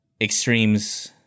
Extremes